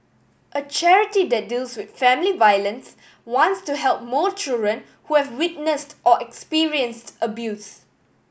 a charity that deals with family violence wants to help more children who have witnessed or experienced abuse